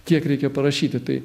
kiek reikia parašyti tai